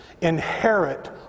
inherit